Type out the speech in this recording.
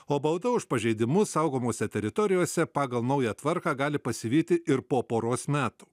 o bauda už pažeidimus saugomose teritorijose pagal naują tvarką gali pasivyti ir po poros metų